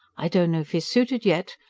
i don't know if he's suited yet,